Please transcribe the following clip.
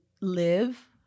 live